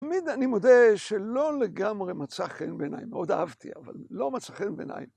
תמיד אני מודה שלא לגמרי מצא חן בעיניי, מאוד אהבתי, אבל לא מצא חן בעיניי.